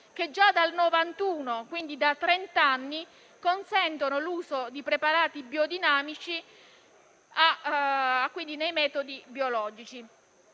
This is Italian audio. che già dal 1991 - quindi da trenta anni - consentono l'uso di preparati biodinamici nei metodi biologici.